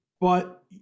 But-